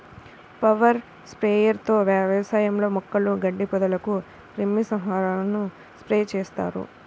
power sprayer తో వ్యవసాయంలో మొక్కలు, గడ్డి, పొదలకు క్రిమి సంహారకాలను స్ప్రే చేస్తారు